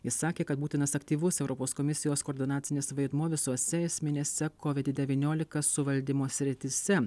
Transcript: jis sakė kad būtinas aktyvus europos komisijos koordinacinis vaidmuo visose esminėse covid devyniolika suvaldymo srityse